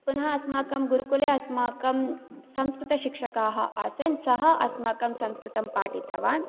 पुनः अस्माकं गुरुकुले अस्माकं संस्कृतशिक्षकाः आसन् सः अस्माकं संस्कृतं पाठितवान्